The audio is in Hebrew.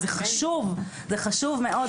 זה חשוב מאוד.